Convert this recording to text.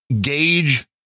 gauge